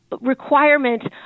requirement